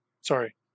Sorry